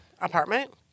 apartment